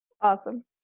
Awesome